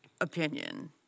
opinion